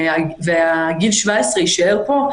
וגיל 17 יישאר פה,